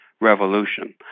Revolution